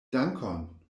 dankon